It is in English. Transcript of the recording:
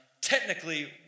technically